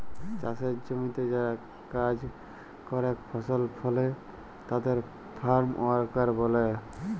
চাসের জমিতে যারা কাজ করেক ফসল ফলে তাদের ফার্ম ওয়ার্কার ব্যলে